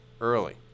early